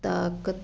ਤਾਕਤ